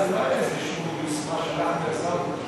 לא יוזמה שאנחנו יזמנו.